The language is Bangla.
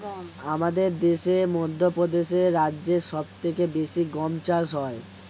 আমাদের দেশে মধ্যপ্রদেশ রাজ্যে সব থেকে বেশি গম চাষ হয়